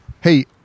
Hey